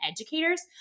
educators